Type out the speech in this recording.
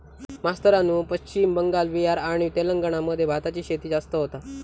मास्तरानू पश्चिम बंगाल, बिहार आणि तेलंगणा मध्ये भाताची शेती जास्त होता